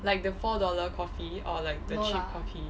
like the four dollar coffee or like the cheap coffee